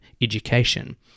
education